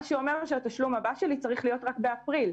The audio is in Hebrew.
מה שאומר שהתשלום הבא שלי צריך להיות רק באפריל.